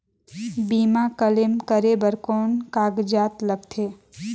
बीमा क्लेम करे बर कौन कागजात लगथे?